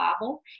Bible